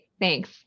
Thanks